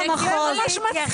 98%, רק 2% מקבלים.